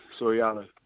Soriano